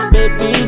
Baby